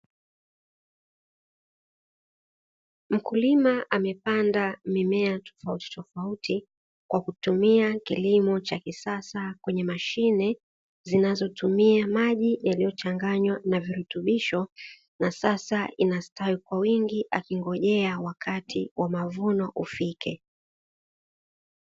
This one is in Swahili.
Mkulima amepanda mimea tofautitofauti kwa kutumia kilimo cha kisasa kwenye mashine zinazotumia maji yaliyochanganywa na virutubisho, na sasa inastawi kwa wingi akingojea wakati wa mavuno ufike.